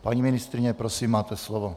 Paní ministryně, prosím, máte slovo.